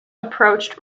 approached